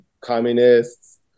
communists